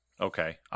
Okay